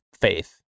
faith